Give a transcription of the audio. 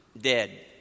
dead